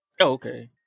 okay